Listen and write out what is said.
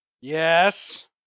Yes